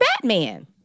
Batman